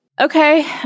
Okay